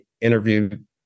interviewed